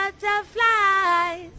Butterflies